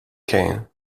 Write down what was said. kane